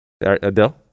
Adele